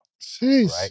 Jeez